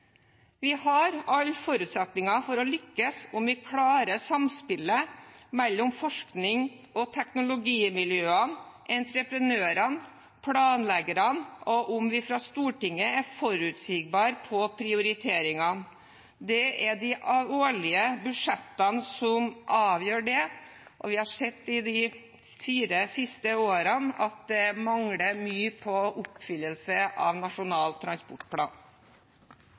Vi har alle forutsetninger for å lykkes om vi klarer samspillet mellom forskningen og teknologimiljøene, entreprenørene og planleggerne, og om vi fra Stortingets side er forutsigbare om prioriteringene. Det er de årlige budsjettene som avgjør det, og de fire siste årene har vi sett at det mangler mye på oppfyllelse av Nasjonal transportplan.